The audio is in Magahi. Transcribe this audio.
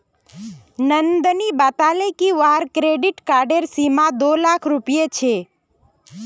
नंदनी बताले कि वहार क्रेडिट कार्डेर सीमा दो लाख रुपए छे